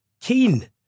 keen